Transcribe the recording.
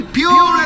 pure